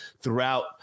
throughout